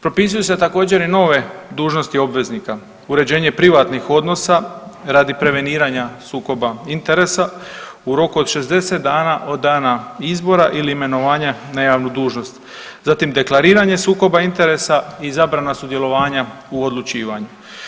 Propisuje se također i nove dužnosti obveznika, uređenje privatnih odnosa radi preveniranja sukoba interesa u roku od 60 dana od izbora ili imenovanja na javnu dužnost, zatim, deklariranje sukoba interesa i zabrana sudjelovanja u odlučivanju.